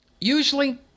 Usually